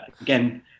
Again